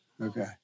Okay